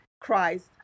Christ